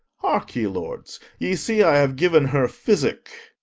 hark ye, lords. you see i have given her physic,